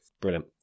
brilliant